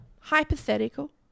Hypothetical